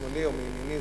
משמאלי או מימיני,